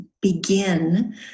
begin